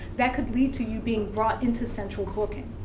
that could lead to you being brought into central booking.